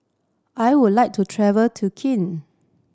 I would like to travel to